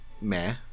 Meh